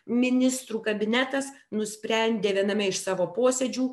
ministrų kabinetas nusprendė viename iš savo posėdžių